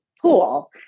pool